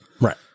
Right